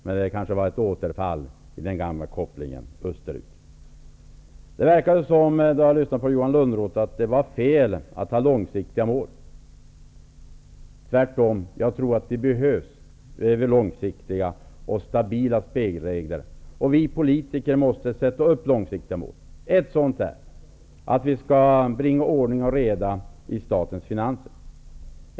Men det kanske var ett återfall i den gamla kopplingen österut. När man lyssnade på Johan Lönnroth verkade det som om det skulle vara fel att ha långsiktiga mål. Jag tror tvärtom att vi behöver långsiktiga och stabila spelregler. Vi politiker måste sätta upp långsiktiga mål. Ett sådant är att vi skall bringa ordning och reda i statens finanser.